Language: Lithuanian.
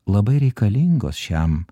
labai reikalingos šiam